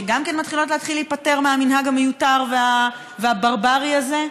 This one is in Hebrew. שגם כן מתחילות להיפטר מהמנהג המיותר והברברי הזה?